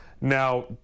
now